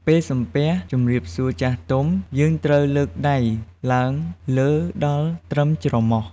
ពេលសំពះជម្រាបសួរចាស់ទុំ យើងត្រូវលើកដៃឡើងលើដល់ត្រឹមច្រមុះ។